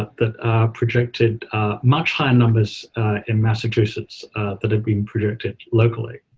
that projected much higher numbers in massachusetts that had been predicted locally.